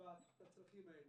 בצרכים האלה,